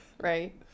Right